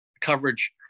coverage